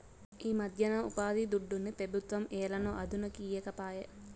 ఈమధ్యన ఉపాధిదుడ్డుని పెబుత్వం ఏలనో అదనుకి ఈకపాయే